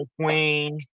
Queen